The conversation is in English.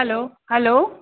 hello hello